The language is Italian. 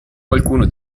qualcuno